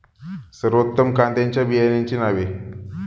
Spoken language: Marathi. सर्वोत्तम कांद्यांच्या बियाण्यांची नावे?